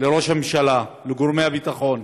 לראש הממשלה, לגורמי הביטחון,